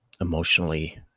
emotionally